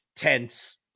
Tense